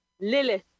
Lilith